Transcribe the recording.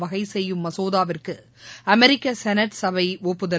வகை செய்யும் மசோதாவுக்கு அமெரிக்க செனட் சபை ஒப்புதல்